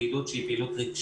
פעילות שהיא רגשית,